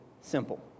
simple